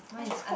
I just hope